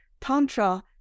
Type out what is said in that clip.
Tantra